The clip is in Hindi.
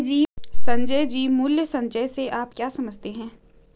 संजय जी, मूल्य संचय से आप क्या समझते हैं?